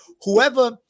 whoever